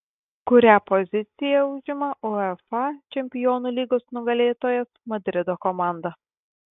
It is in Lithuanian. kurią poziciją užima uefa čempionų lygos nugalėtojas madrido komanda